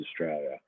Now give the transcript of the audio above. Australia